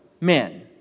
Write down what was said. men